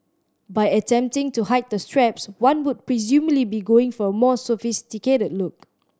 by attempting to hide the straps one would presumably be going for a more sophisticated look